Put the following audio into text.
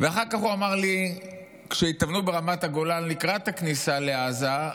אחר כך הוא אמר לי שכשהתאמנו ברמת הגולן לקראת הכניסה לעזה,